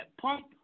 Pump